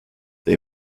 they